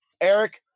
Eric